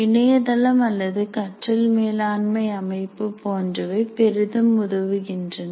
இணையதளம் அல்லது கற்றல் மேலாண்மை அமைப்பு போன்றவை பெரிதும் உதவுகின்றன